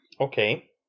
Okay